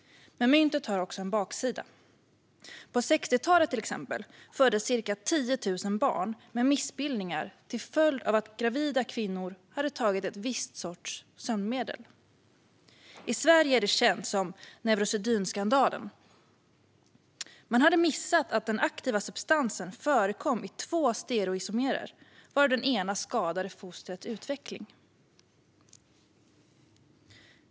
Men myntet har en baksida. På 60-talet föddes till exempel ca 10 000 barn med missbildningar till följd av att gravida kvinnor hade tagit en viss sorts sömnmedel. I Sverige är det känt som Neurosedynskandalen. Man hade missat att den aktiva substansen förekom i två stereoisomerer, varav den ena skadade fostrets utveckling.